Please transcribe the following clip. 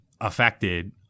affected